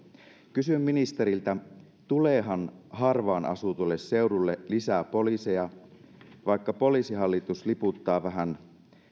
kysyn ministeriltä tuleehan harvaan asutuille seuduille lisää poliiseja vaikka poliisihallitus liputtaa vähän